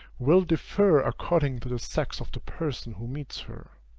will differ according to the sex of the person who meets her